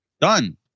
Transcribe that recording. Done